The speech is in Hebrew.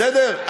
בסדר?